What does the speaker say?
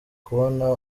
kubona